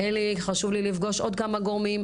חשוב לי לפגוש עוד כמה גורמים,